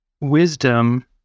wisdom